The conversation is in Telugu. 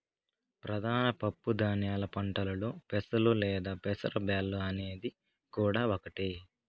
ప్రధాన పప్పు ధాన్యాల పంటలలో పెసలు లేదా పెసర బ్యాల్లు అనేది కూడా ఒకటి